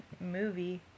movie